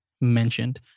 mentioned